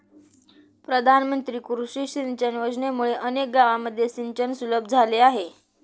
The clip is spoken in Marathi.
प्रधानमंत्री कृषी सिंचन योजनेमुळे अनेक गावांमध्ये सिंचन सुलभ झाले आहे